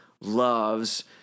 loves